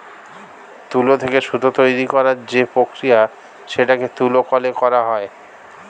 তুলো থেকে সুতো তৈরী করার যে প্রক্রিয়া সেটা তুলো কলে করা হয়